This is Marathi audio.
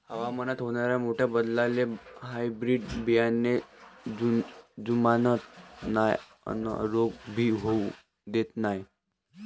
हवामानात होनाऱ्या मोठ्या बदलाले हायब्रीड बियाने जुमानत नाय अन रोग भी होऊ देत नाय